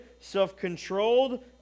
self-controlled